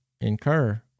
incur